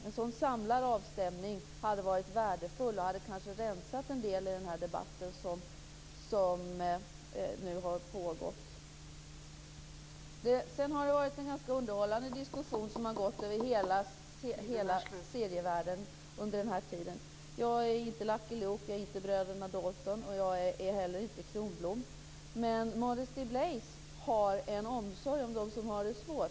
En sådan samlad avstämning hade varit värdefull och hade kanske rensat en del i den debatt som nu har pågått. Det har varit en ganska underhållande diskussion som har spänt över hela serievärlden under den här tiden. Jag är inte Lucky Luke, inte bröderna Dalton och inte heller Kronblom. Men Modesty Blaise har en omsorg om dem som har det svårt.